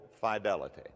fidelity